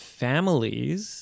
families